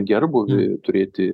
gerbūvį turėti